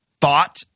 thought